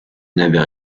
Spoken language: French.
n’avait